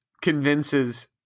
convinces